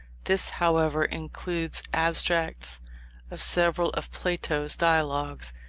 this, however, includes abstracts of several of plato's dialogues,